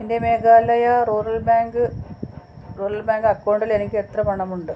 എൻ്റെ Meghalaya rural bank Meghalaya rural bank അക്കൗണ്ടിൽ എനിക്ക് എത്ര പണമുണ്ട്